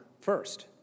first